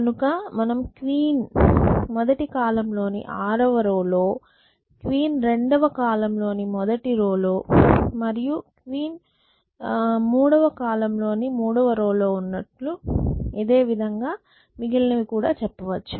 కనుక మనం క్వీన్ మొదటి కాలమ్ లో ని 6 వ రో లో క్వీన్ రెండవ కాలమ్ లో ని మొదటి రో లో మరియు క్వీన్ మూడవ కాలమ్ లో ని మూడవ రో లో ఉన్నట్లు ఇదేవిధంగా మిగిలినవి కూడా చెప్పవచ్చు